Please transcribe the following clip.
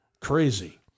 crazy